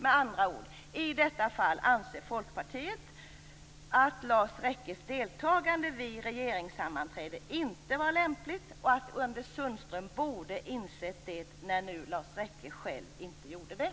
Med andra ord anser Folkpartiet i detta fall att Lars Rekkes deltagande vid regeringssammanträdet inte var lämpligt och att Anders Sundström borde insett det, när nu Lars Rekke själv inte gjorde det.